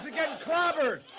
ah getting clobbered.